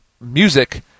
music